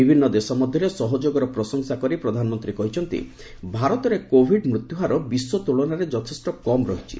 ବିଭିନ୍ନ ଦେଶ ମଧ୍ୟରେ ସହଯୋଗର ପ୍ରଶଂସା କରି ପ୍ରଧାନମନ୍ତ୍ରୀ କହିଛନ୍ତି ଭାରତରେ କୋଭିଡ୍ ମୃତ୍ୟୁ ହାର ବିଶ୍ୱ ତୁଳନାରେ ଯଥେଷ୍ଟ କମ୍ ରହିଛି